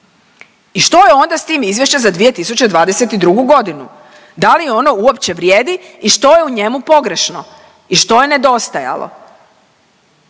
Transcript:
I što je onda s tim izvješćem za 2022.g., da li ono uopće vrijedi i što je u njemu pogrešno i što je nedostajalo?